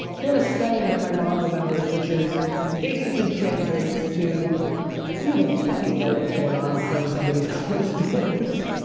he had a saying that my mom remembers, which is basically translates to you don't fucking know what's going on behind somebody's closed doors.